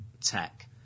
tech